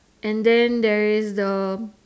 and then there is the